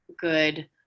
good